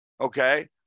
okay